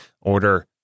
order